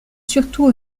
surtout